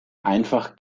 einfach